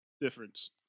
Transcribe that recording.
difference